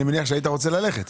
אני מניח שהיית רוצה ללכת.